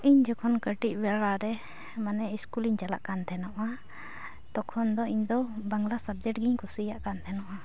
ᱤᱧ ᱡᱚᱠᱷᱚᱱ ᱠᱟᱹᱴᱤᱡ ᱵᱮᱲᱟᱨᱮ ᱢᱟᱱᱮ ᱤᱥᱠᱩᱞᱤᱧ ᱪᱟᱞᱟᱜ ᱠᱟᱱ ᱛᱟᱦᱮᱱᱚᱜᱼᱟ ᱛᱚᱠᱷᱚᱱᱫᱚ ᱤᱧᱫᱚ ᱵᱟᱝᱞᱟ ᱥᱟᱵᱽᱡᱮᱠᱴᱜᱤᱧ ᱠᱩᱥᱤᱭᱟᱜ ᱠᱟᱱ ᱛᱟᱦᱮᱱᱚᱜᱼᱟ